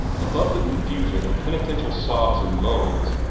above the confusion of penitential sobs and moans,